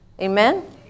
Amen